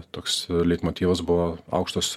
toks leitmotyvas buvo aukštos